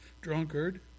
drunkard